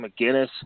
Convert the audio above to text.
McGinnis